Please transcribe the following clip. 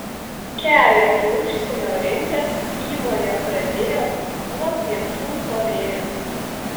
kelią į užsienio rinkas įmonė pradėjo nuo pietų korėjos